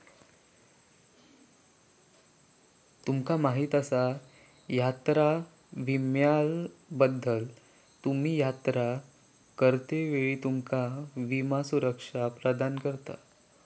तुमका माहीत आसा यात्रा विम्याबद्दल?, तुम्ही यात्रा करतेवेळी तुमका विमा सुरक्षा प्रदान करता